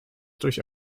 durch